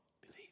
believe